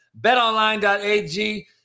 Betonline.ag